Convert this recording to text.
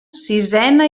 sisena